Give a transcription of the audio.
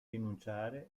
rinunciare